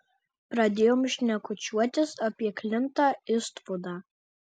pradėjom šnekučiuotis apie klintą istvudą